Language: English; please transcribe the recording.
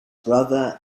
brother